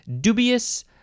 dubious